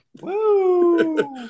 Woo